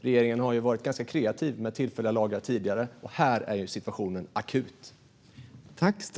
Regeringen har varit ganska kreativ med tillfälliga lagar tidigare, och här är situationen akut.